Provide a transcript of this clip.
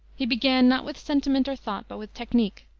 he began not with sentiment or thought, but with technique,